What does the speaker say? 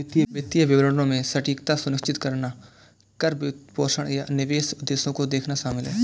वित्तीय विवरणों में सटीकता सुनिश्चित करना कर, वित्तपोषण, या निवेश उद्देश्यों को देखना शामिल हैं